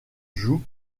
joues